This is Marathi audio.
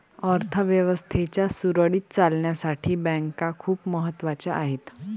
अर्थ व्यवस्थेच्या सुरळीत चालण्यासाठी बँका खूप महत्वाच्या आहेत